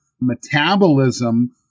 metabolism